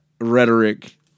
rhetoric